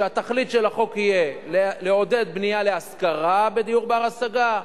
שתכלית החוק תהיה לעודד בנייה להשכרה לדיור בר-השגה,